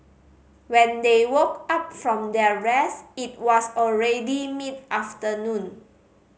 when they woke up from their rest it was already mid afternoon